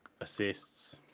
assists